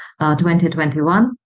2021